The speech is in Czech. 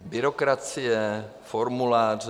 Byrokracie, formuláře.